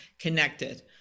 connected